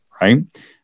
right